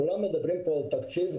כולם מדברים כאן על תקציב,